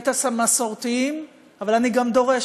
את המסורתיים, אבל אני גם דורשת